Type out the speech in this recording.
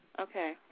Okay